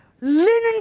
linen